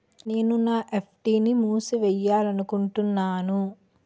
నేను నా ఎఫ్.డి ని మూసివేయాలనుకుంటున్నాను